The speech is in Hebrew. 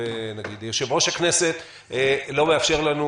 יושב-ראש הכנסת לא מאפשר לנו,